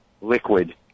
liquid